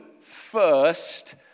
first